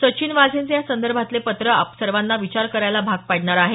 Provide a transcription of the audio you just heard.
सचिन वाझेंचे या संदर्भातलं पत्र सर्वांना विचार करायला भाग पडणारं आहे